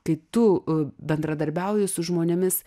kai tu bendradarbiauji su žmonėmis